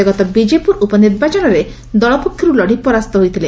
ସେ ଗତ ବଜେପୁର ଉପନିର୍ବାଚନରେ ଦଳ ପକ୍ଷରୁ ଲଢ଼ି ପରାସ୍ତ ହୋଇଥିଲେ